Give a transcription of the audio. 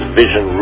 vision